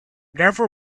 never